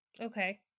Okay